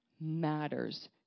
matters